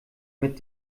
mit